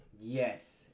Yes